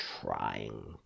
trying